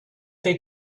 they